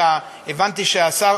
שדווקא הבנתי שהשר